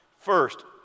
First